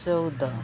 ଚଉଦ